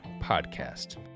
podcast